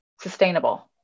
sustainable